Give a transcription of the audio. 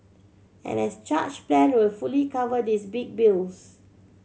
an as charged plan will fully cover these big bills